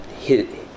hit